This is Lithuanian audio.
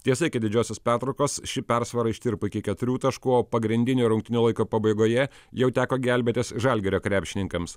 tiesa iki didžiosios pertraukos ši persvara ištirpo iki keturių taškų o pagrindinio rungtynių laiko pabaigoje jau teko gelbėtis žalgirio krepšininkams